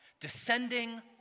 descending